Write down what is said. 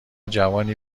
جوانی